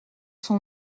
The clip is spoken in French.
son